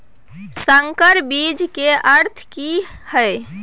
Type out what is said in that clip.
संकर बीज के अर्थ की हैय?